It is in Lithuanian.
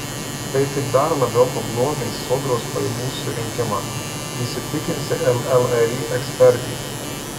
tai tik dar labiau pablogins sodros pajamų surinkimą įsitikinsi llri ekspertė